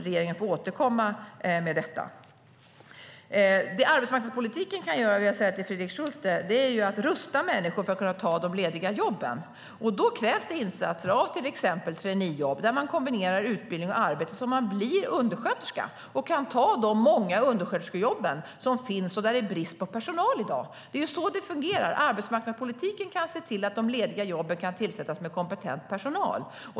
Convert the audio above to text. Regeringen får återkomma med det. Arbetsmarknadspolitiken kan se till att de lediga jobben kan tillsättas med kompetent personal.